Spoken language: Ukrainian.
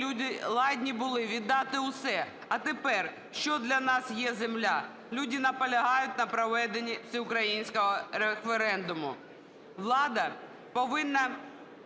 люди ладні були віддати усе. А тепер що для нас є земля?". Люди наполягають на проведенні всеукраїнського референдуму. "Влада повинна